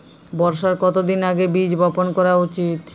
বর্ষার কতদিন আগে বীজ বপন করা উচিৎ?